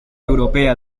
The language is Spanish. europea